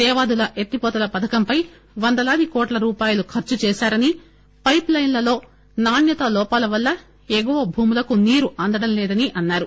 దేవాదుల ఎత్తిపోతల పథకం పై వందలాది కోట్ల రూపాయలు ఖర్చు చేశారని పైపు లైన్లలో నాణ్యతా లోపాల వల్ల ఎగువ భూములకు నీరు అందడం లేదని అన్నారు